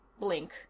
Blink